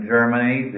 Germany